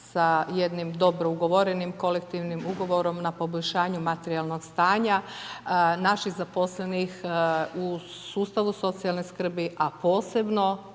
sa jednim dobro ugovorenim kolektivnim ugovorom, na poboljšanju materijalnog stanja, naši zaposlenih u sustavu socijalne skrbi, a posebno,